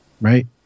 right